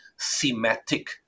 thematic